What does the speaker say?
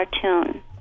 cartoon